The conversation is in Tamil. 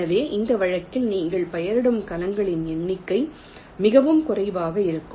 எனவே இந்த வழக்கில் நீங்கள் பெயரிடும் கலங்களின் எண்ணிக்கை மிகவும் குறைவாக இருக்கும்